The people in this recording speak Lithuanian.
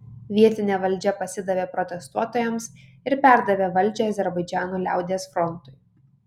vietinė valdžia pasidavė protestuotojams ir perdavė valdžią azerbaidžano liaudies frontui